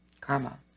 Karma